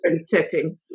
setting